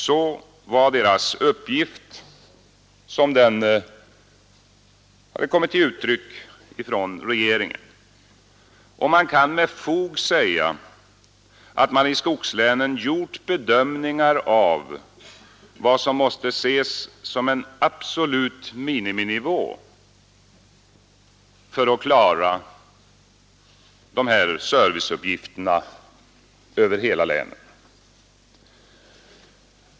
Så var deras uppgift som den hade kommit till uttryck från regeringen. Det kan med fog sägas att man i skogslänen gjort bedömningar av vad som måste ses som en absolut miniminivå för att klara de här serviceuppgifterna över hela länet.